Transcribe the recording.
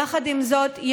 יחד עם זאת,